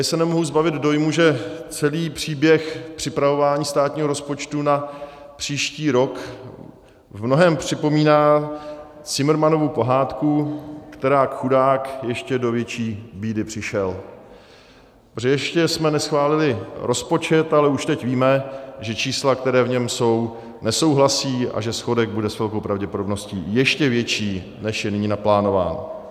Tady se nemohu zbavit dojmu, že celý příběh připravování státního rozpočtu na příští rok v mnohém připomíná Cimrmanovu pohádku, kterak chudák ještě do větší bídy přišel, protože ještě jsme neschválili rozpočet, ale už teď víme, že čísla, která v něm jsou, nesouhlasí a že schodek bude s velkou pravděpodobností ještě větší, než je nyní naplánován.